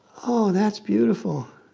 oh, that's beautiful.